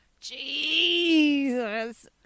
Jesus